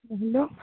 hello